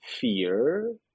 fear